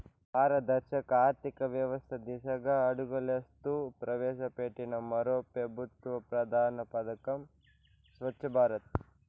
పారదర్శక ఆర్థికవ్యవస్త దిశగా అడుగులేస్తూ ప్రవేశపెట్టిన మరో పెబుత్వ ప్రధాన పదకం స్వచ్ఛ భారత్